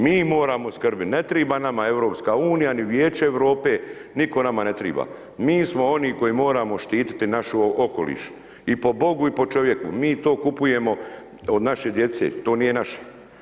Mi moramo skrbiti, ne treba nama EU ni Vijeće Europe, nitko nama ne treba, mi smo oni koji moramo štititi naš okoliš i po Bogu i po čovjeku, mi to kupujemo od naše djece, to nije naše.